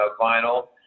vinyl